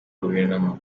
guverinoma